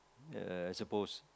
err I supposed